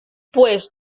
pues